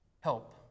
help